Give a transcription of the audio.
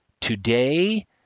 Today